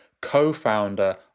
co-founder